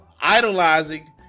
idolizing